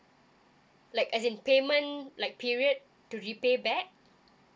like as in payment like period to repay back